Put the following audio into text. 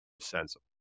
sensible